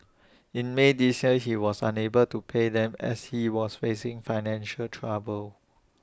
in may this year he was unable to pay them as he was facing financial trouble